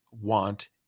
want